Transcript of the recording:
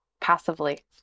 passively